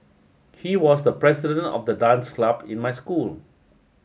he was the president of the dance club in my school